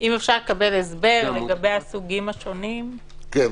אם אפשר לקבל הסבר לגבי הסוגים השונים ומה ההבחנה?